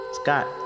Scott